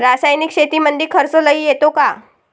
रासायनिक शेतीमंदी खर्च लई येतो का?